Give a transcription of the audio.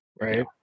Right